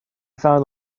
found